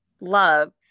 love